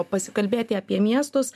pasikalbėti apie miestus